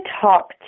talk